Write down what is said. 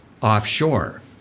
offshore